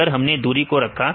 अब हमने दूरी को देखा